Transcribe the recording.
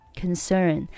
concern